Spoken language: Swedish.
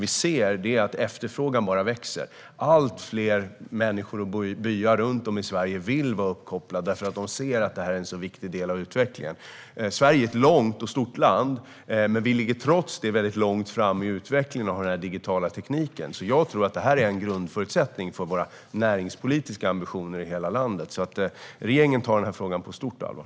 Vi ser att efterfrågan bara växer. Allt fler människor och byar runt om i Sverige vill vara uppkopplade eftersom de ser att det är en sådan viktig del av utvecklingen. Sverige är ett långt och stort land. Trots det ligger vi långt fram i utvecklingen av den digitala tekniken. Jag tror att detta är en grundförutsättning för våra näringspolitiska ambitioner i hela landet, och regeringen tar denna fråga på stort allvar.